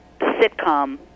sitcom